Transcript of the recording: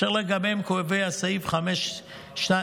אשר עליהן קובע סעיף 5(2)